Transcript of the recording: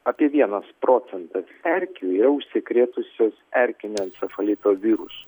apie vienas procentas erkių yra užsikrėtusios erkinio encefalito virusu